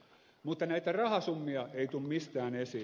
mutta näitä rahasummia ei tule mistään esiin